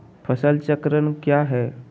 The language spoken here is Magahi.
फसल चक्रण क्या है?